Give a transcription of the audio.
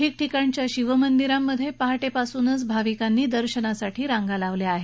ठिकठिकाणच्या शिममंदिरांमधे पहाटेपासूनच भाविकांनी दर्शनासाठी रांगा लावल्या आहेत